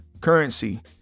currency